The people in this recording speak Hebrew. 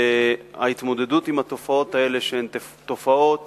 ההתמודדות עם התופעות האלה, שהן תופעות